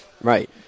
Right